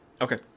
Okay